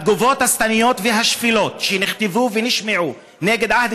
התגובות השטניות והשפלות שנכתבו ונשמעו נגד עהד